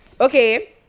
Okay